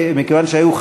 מי נגד?